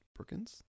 Brookins